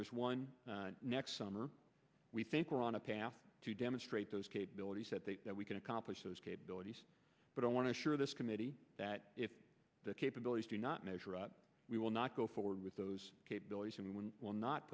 there's one next summer we think we're on a path to demonstrate those capabilities that they that we can accomplish those capabilities but i want to share this committee that if the capabilities do not measure up we will not go forward with those capabilities and we will not